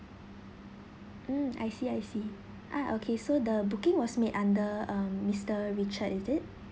mm I see I see ah okay so the booking was made under um mister richard is it